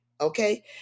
okay